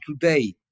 today